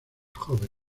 jóvenes